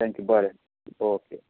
thank you बरें okay